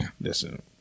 Listen